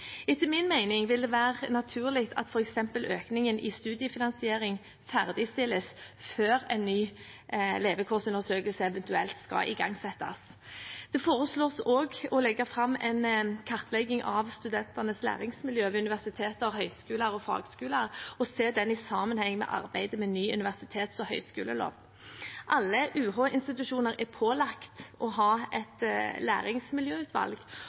Etter min mening vil det være naturlig at f.eks. økningen i studiefinansiering ferdigstilles før en ny levekårsundersøkelse eventuelt skal igangsettes. Det foreslås også å legge fram en kartlegging av studentenes læringsmiljø ved universiteter, høyskoler og fagskoler og se den i sammenheng med arbeidet med ny universitets- og høyskolelov. Alle UH-institusjoner er pålagt å ha et læringsmiljøutvalg,